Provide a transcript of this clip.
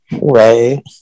Right